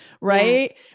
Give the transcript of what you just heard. right